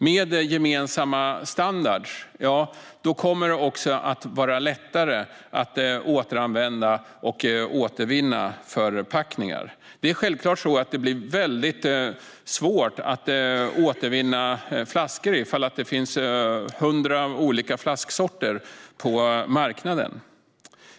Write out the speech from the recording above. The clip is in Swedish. Med gemensamma standarder kommer det också att vara lättare att återanvända och återvinna förpackningar. Det är självklart svårt att återvinna flaskor om det finns 100 olika flasksorter på marknaden.